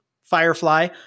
Firefly